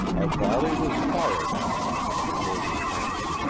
a volley was fired at them from the adobe fence.